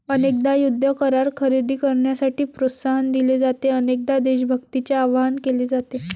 अनेकदा युद्ध करार खरेदी करण्यासाठी प्रोत्साहन दिले जाते, अनेकदा देशभक्तीचे आवाहन केले जाते